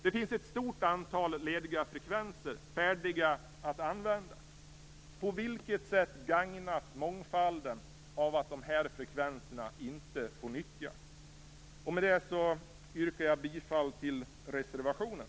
Det finns ett stort antal lediga frekvenser, färdiga att användas. På vilket sätt gagnas mångfalden av att de frekvenserna inte får nyttjas? Med det yrkar jag bifall till reservationen.